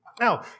Now